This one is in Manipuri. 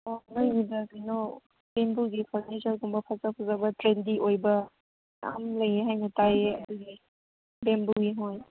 ꯑꯣ ꯅꯪꯒꯤꯗ ꯀꯩꯅꯣ ꯕꯦꯝꯕꯨꯒꯤ ꯐꯔꯅꯤꯆꯔꯒꯨꯝꯕ ꯐꯖ ꯐꯖꯕ ꯇ꯭ꯔꯦꯟꯗꯤ ꯑꯣꯏꯕ ꯌꯥꯝ ꯂꯩꯌꯦ ꯍꯥꯏꯅ ꯇꯥꯏꯌꯦ ꯑꯗꯨꯒꯤ ꯕꯦꯝꯕꯨꯒꯤ ꯍꯣꯏ